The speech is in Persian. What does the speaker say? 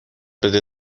بده